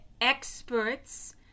experts